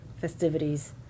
festivities